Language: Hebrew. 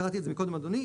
קראתי את זה מקודם אדוני.